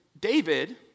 David